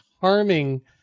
harming